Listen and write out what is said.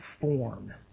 form